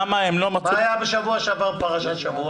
היה בשבוע שעבר בפרשת השבוע?